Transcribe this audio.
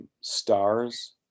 stars